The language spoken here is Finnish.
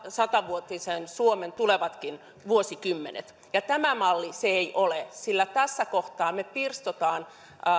satavuotisen suomen tulevatkin vuosikymmenet ja tämä malli se ei ole sillä tässä kohtaa me pirstomme